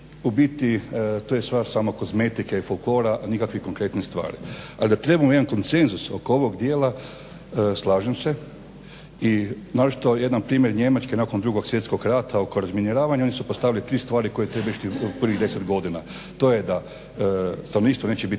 u biti to je stvar samo kozmetike i folklora, a nikakvih konkretnih stvari. Ali da trebamo jedan konsenzus oko ovog dijela slažem se i naročito jedan primjer Njemačke nakon 2. svjetskog rata oko razminiranja oni su postavili 3 stvari koje trebaju … u prvih deset godina. To je da stanovništvo neće biti